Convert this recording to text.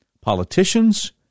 politicians